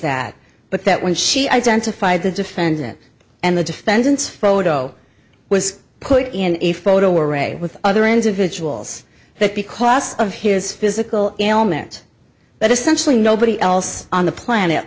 that but that when she identified the defendant and the defendant frodo was put in a photo array with other individuals that because of his physical ailment but essentially nobody else on the planet